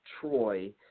Troy